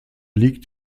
liegt